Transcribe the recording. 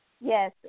Yes